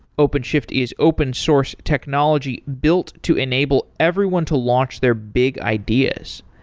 openshift is open source technology built to enable everyone to launch their big ideas.